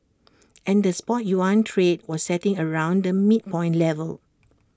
and the spot yuan trade was settling around the midpoint level